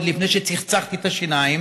עוד לפני שצחצחתי את השיניים,